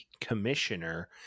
commissioner